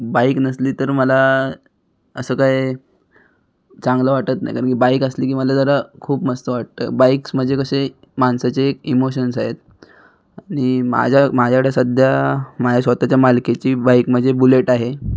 bike नसली तर मला असं काय चांगलं वाटत नाही कारण की बाईक असली की मला जरा खूप मस्त वाटतं बाईक्स म्हणजे कसे माणसाचे इमोशन्स आहेत आणि माझ्या माझ्याकडे सध्या माझ्या स्वत च्या मालकीची बाईक म्हणजे बुलेट आहे